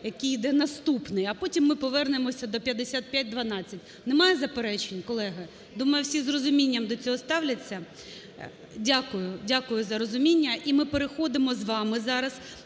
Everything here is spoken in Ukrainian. який йде наступний, а потім ми повернемося до 5512. Немає заперечень, колеги? Думаю всі з розумінням до цього ставляться. Дякую, дякую за розуміння. І ми переходимо з вами зараз